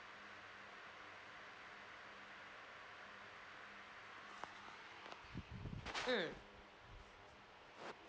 mm